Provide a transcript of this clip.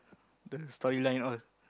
the storyline all